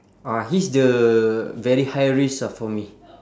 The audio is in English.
ah he's the very high risk ah for me